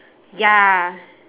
ya